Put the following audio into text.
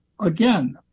again